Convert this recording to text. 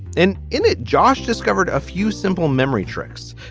and in it, josh discovered a few simple memory tricks,